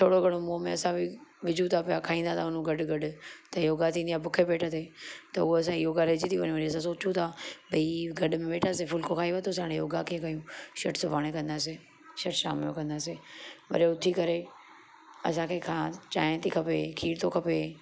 थोरो घणो मुंहं में असां बि विजूं था पिया खाईंदा था वञू गॾु गॾु त योगा थींदी आहे बुखे पेट ते त उहो असां योगा रहजी थी वञे वरी असां सोचूं था भई गॾ में वेठासीं फुलको खाई वरितोसीं हाणे योगा कीअं कयूं छॾु सुभाणे कंदासीं छॾु शाम जो कंदासीं वरी उथी करे असांखे चाहिं थी खपे खीर थो खपे